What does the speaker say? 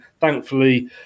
Thankfully